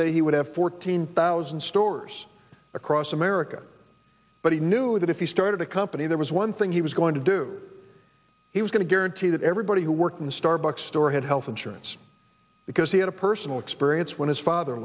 day he would have fourteen thousand stores across america but he knew that if he started a company there was one thing he was going to do he was going to guarantee that everybody who worked in the starbucks store had health insurance because he had a personal experience when his father